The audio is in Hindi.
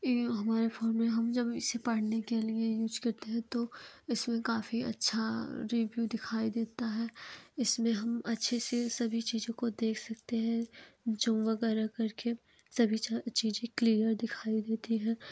ये हमारे फ़ोन में हम जब इसे पढ़ने के लिए यूज करते हैं तो इसमें काफ़ी अच्छा रिव्यु दिखाई देता है इसमें हम अच्छे से सभी चीज़ें को देख सकते हैं ज़ूम वगैरह करके सभी चीज़ें क्लियर दिखाई देती है